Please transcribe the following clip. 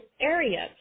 areas